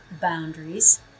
boundaries